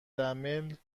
دمل